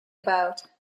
about